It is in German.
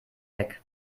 weg